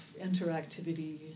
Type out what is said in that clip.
interactivity